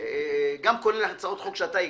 גם כולל הצעות חוק שאתה הגשת.